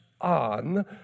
on